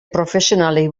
profesionalei